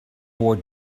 for